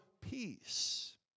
peace